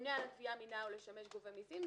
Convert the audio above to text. "הממונה על הגבייה מינהו לשמש גובה מסים"